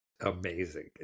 amazing